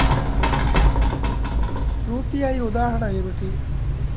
UPI ఉదాహరణ ఏమిటి?